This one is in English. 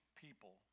people